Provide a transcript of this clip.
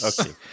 Okay